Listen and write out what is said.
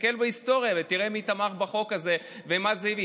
תסתכלו בהיסטוריה ותראה מי תמך בחוק הזה ומה זה הביא.